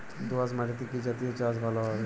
দোয়াশ মাটিতে কি জাতীয় চাষ ভালো হবে?